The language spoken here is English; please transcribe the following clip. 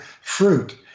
fruit